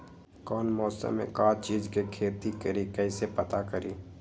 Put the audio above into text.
कौन मौसम में का चीज़ के खेती करी कईसे पता करी?